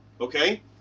okay